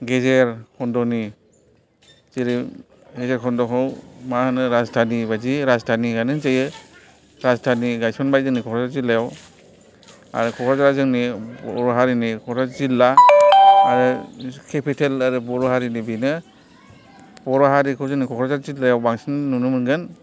गेजेर खन्द'नि जेरै गेजेर खन्द'खौ मा होनो राजधानि बायदि राजधानिआनो होनजायो राजधानि गायसनबाय जोंनि क'क्राझार जिल्लायाव आरो क'क्राझारा जोंनि बर' हारिनि क'क्राझार जिल्ला आरो केपिटेल आरो बर' हारिनि बेनो बर' हारिखौ जोंनि क'क्राझार जिल्लायाव बांसिन नुनो मोनगोन